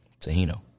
Tahino